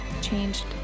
changed